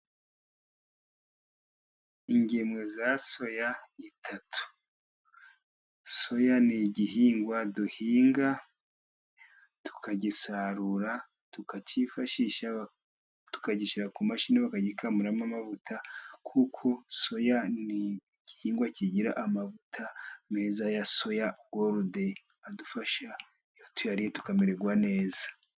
ingemwe za soya itatu, soya ni igihingwa duhinga tukagisarura, tukakiyifashisha tukagishyira ku mashini bakagikemuramo amavuta, kuko soya n igihingwa, kigira amavuta meza ya soya goldey adufasha yaturiye tukamererwa neza.